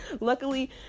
luckily